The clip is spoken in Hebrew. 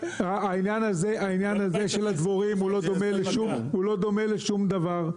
העניין הזה של הדבורים הוא לא דומה לשום דבר.